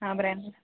हा ब्रँडेड